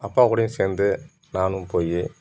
அப்பா கூடையும் சேர்ந்து நானும் போய்